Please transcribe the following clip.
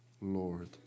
Lord